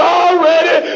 already